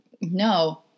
no